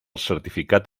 certificat